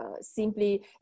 simply